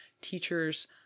teachers